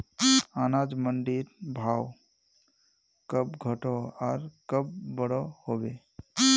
अनाज मंडीर भाव कब घटोहो आर कब बढ़ो होबे?